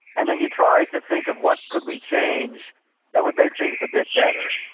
and then you try to think of what could we change that would make things a bit better,